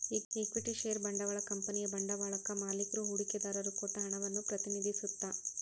equity share ಬಂಡವಾಳ ಕಂಪನಿಯ ಬಂಡವಾಳಕ್ಕಾ ಮಾಲಿಕ್ರು ಹೂಡಿಕೆದಾರರು ಕೊಟ್ಟ ಹಣವನ್ನ ಪ್ರತಿನಿಧಿಸತ್ತ